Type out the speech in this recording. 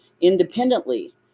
independently